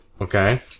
Okay